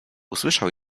usłyszał